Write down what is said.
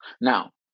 Now